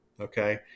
okay